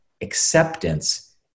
acceptance